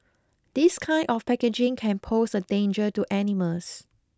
this kind of packaging can pose a danger to animals